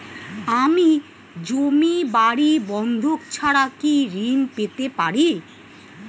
আমি জমি বাড়ি বন্ধক ছাড়া কি ঋণ পেতে পারি?